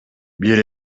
бир